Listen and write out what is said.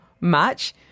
match